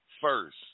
first